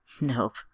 Nope